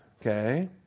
Okay